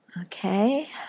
Okay